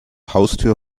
haustür